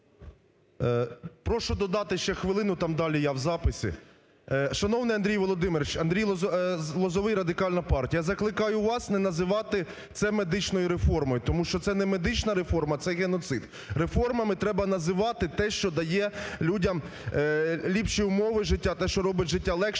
Прошу додати ще хвилину там далі я в записі. Шановний Андрій Володимирович! Андрій Лозовой, Радикальна партія, я закликаю вас не називати це медичною реформою, тому що це не медична реформа – це геноцид. Реформами треба називати те, що дає людям ліпші умови життя та що робить життя легшим